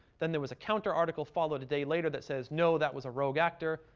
then there was a counter article, followed a day later, that says, no, that was a rogue actor.